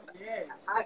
Yes